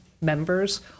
members